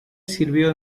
sirvió